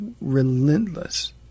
relentless